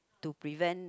to prevent